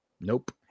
nope